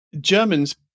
Germans